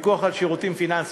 הפיקוח על שירותים פיננסיים.